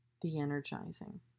de-energizing